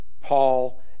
Paul